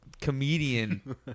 comedian